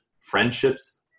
friendships